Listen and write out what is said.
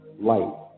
light